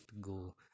go